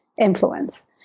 influence